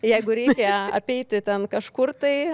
jeigu apeiti ten kažkur tai